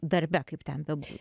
darbe kaip ten bebūtų